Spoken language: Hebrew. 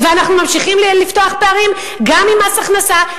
ואנחנו ממשיכים לפתוח פערים גם עם מס הכנסה,